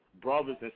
brothers